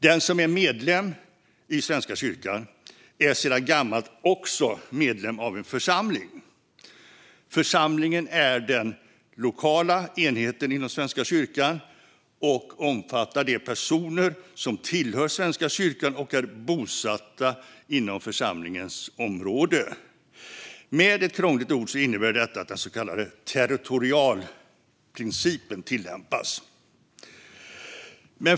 Den som är medlem i Svenska kyrkan är sedan gammalt också medlem av en församling. Församlingen är den lokala enheten inom Svenska kyrkan och omfattar de personer som tillhör Svenska kyrkan och är bosatta inom församlingens område. Det innebär att, för att använda ett krångligt ord, territorialprincipen tillämpas.